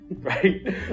right